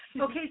Okay